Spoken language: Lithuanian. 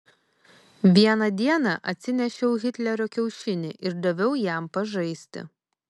vieną dieną atsinešiau hitlerio kiaušinį ir daviau jam pažaisti